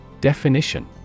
Definition